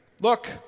Look